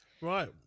Right